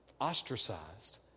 ostracized